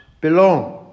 belong